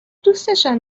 دوستشان